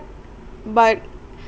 but